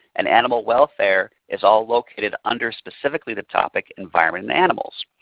and animal welfare is all located under specifically the topic environment and animals.